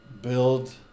build